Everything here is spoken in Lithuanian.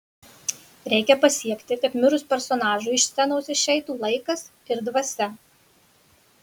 reikia pasiekti kad mirus personažui iš scenos išeitų laikas ir dvasia